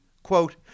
Quote